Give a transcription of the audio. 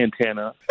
antenna